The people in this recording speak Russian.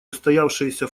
устоявшиеся